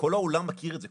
כל העולם מכיר את זה,